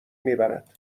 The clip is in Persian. میبرد